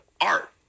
art